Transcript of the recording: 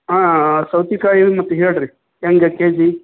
ಹಾಂ ಹಾಂ ಹಾಂ ಸೌತೆಕಾಯಿ ಮತ್ತು ಹೇಳಿರಿ ಹೆಂಗ ಕೆಜಿ